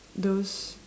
those